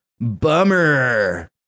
bummer